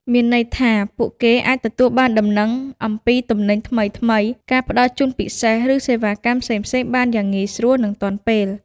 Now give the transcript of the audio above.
មានន័យថា ពួកគេអាចទទួលបានដំណឹងអំពី ទំនិញថ្មីៗ ការផ្តល់ជូនពិសេស ឬ សេវាកម្ម ផ្សេងៗបានយ៉ាងងាយស្រួល និងទាន់ពេល។